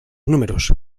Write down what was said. números